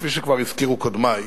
כפי שהזכירו קודמי,